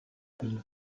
elle